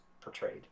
portrayed